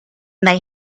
they